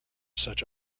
such